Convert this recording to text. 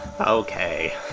Okay